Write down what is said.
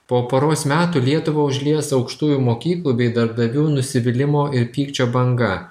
po poros metų lietuvą užlies aukštųjų mokyklų bei darbdavių nusivylimo ir pykčio banga